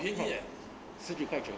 愿意 have